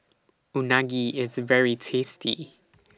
Unagi IS very tasty